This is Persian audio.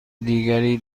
دیگری